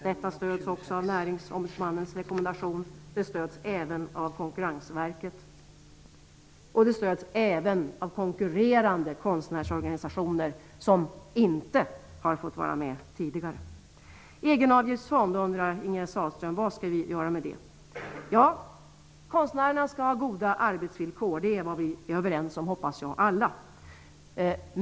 Detta får också stöd i Näringsombudsmannens rekommendation och stöds av Konkurrensverket liksom även av konkurrerande konstnärsorganisationer som inte har fått vara med tidigare. Ingegerd Sahlström undrar vad vi vill med förslaget om en egenavgiftsfond. Jag hoppas att vi alla är överens om att konstnärerna skall ha goda arbetsvillkor.